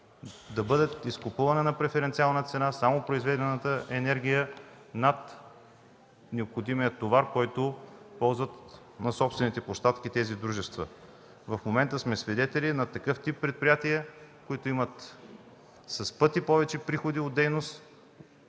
да бъде изкупувана на преференциална цена само произведената енергия над необходимия товар, който ползват на собствените площадки тези дружества. В момента сме свидетели на такъв тип предприятия, които имат с пъти в повече приходи от дейност